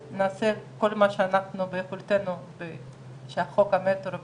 להתחדשות עירונית וגם מול המטה אולי פחות מוכרת לה,